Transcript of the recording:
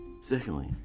secondly